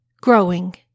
growing